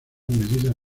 medidas